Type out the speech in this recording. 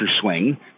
swing